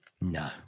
no